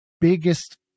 biggest